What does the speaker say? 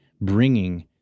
bringing